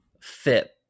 fit